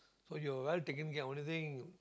so you're well taken care only thing